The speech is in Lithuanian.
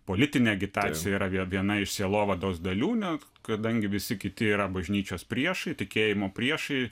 politinė agitacija yra viena iš sielovados dalių ne kadangi visi kiti yra bažnyčios priešai tikėjimo priešai